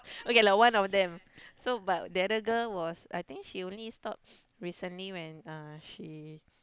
okay like one of them so but the other girl was I think she only stop recently when uh she